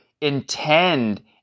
intend